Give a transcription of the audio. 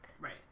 Right